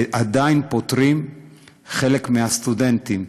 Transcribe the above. ועדיין פוטרים חלק מהסטודנטים,